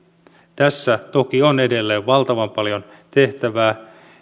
tässä toki on edelleen valtavan paljon tehtävää